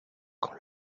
quand